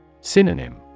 Synonym